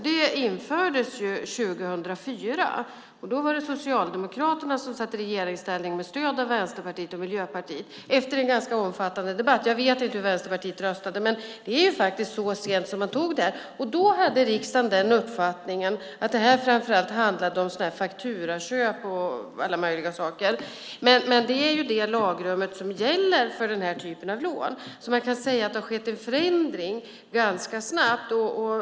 Det infördes 2004, då det var Socialdemokraterna som satt i regeringsställning, med stöd av Vänsterpartiet och Miljöpartiet efter en ganska omfattande debatt. Jag vet inte hur Vänsterpartiet röstade, men det var faktiskt så sent som man tog det beslutet. Då hade riksdagen uppfattningen att det här framför allt handlade om fakturaköp och andra saker. Men det är det lagrummet som nu gäller för den här typen av lån. Man kan alltså säga att det har skett en förändring ganska snabbt.